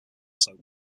soap